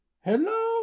hello